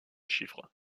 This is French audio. chiffres